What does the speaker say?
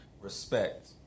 respect